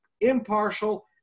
impartial